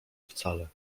wcale